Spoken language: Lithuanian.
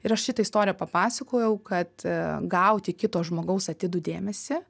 ir aš šitą istoriją papasakojau kad gauti kito žmogaus atidų dėmesį